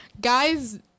guys